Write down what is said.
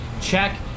check